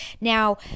Now